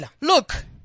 Look